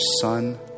son